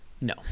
No